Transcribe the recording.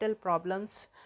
problems